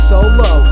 Solo